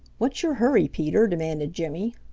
what's your hurry, peter? demanded jimmy